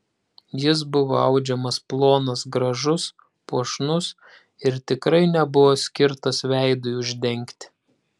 jis buvo audžiamas plonas gražus puošnus ir tikrai nebuvo skirtas veidui uždengti